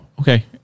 okay